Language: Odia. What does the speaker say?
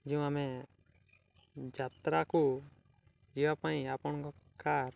ଯେଉଁ ଆମେ ଯାତ୍ରାକୁ ଯିବା ପାଇଁ ଆପଣଙ୍କ କାର୍